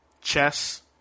Chess